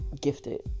gifted